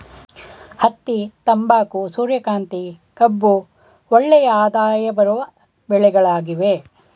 ಹತ್ತಿ, ತಂಬಾಕು, ಸೂರ್ಯಕಾಂತಿ, ಕಬ್ಬು ಒಳ್ಳೆಯ ಆದಾಯ ಬರುವ ಬೆಳೆಗಳಾಗಿವೆ